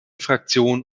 fraktion